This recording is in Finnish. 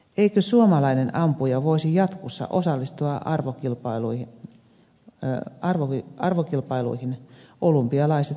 eikö suomalainen ampuja voisi jatkossa osallistua arvokilpailuihin olympialaiset mukaan lukien